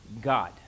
God